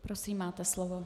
Prosím, máte slovo.